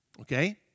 Okay